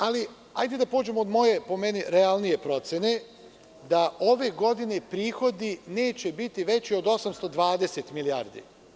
Ali, hajde da krenemo od moje, po meni realnije procene, da ove godine prihodi neće biti veći od 820 milijardi.